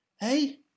hey